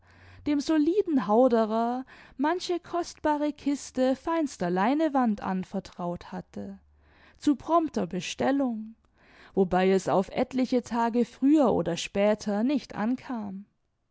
dem soliden hauderer manche kostbare kiste feinster leinewand anvertraut hatte zu prompter bestellung wobei es auf etliche tage früher oder später nicht ankam